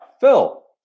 Phil